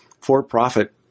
for-profit